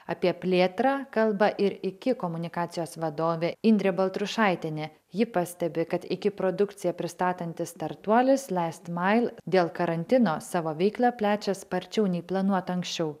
apie plėtrą kalba ir iki komunikacijos vadovė indrė baltrušaitienė ji pastebi kad iki produkciją pristatantis startuolis last mile dėl karantino savo veiklą plečia sparčiau nei planuota anksčiau